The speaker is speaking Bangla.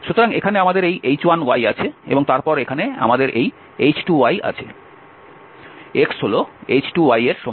সুতরাং এখানে আমাদের এই h1 আছে এবং তারপর এখানে আমাদের এই h2 আছে x হল h2 এর সমান